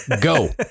Go